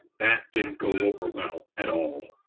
that didn't go over well at all.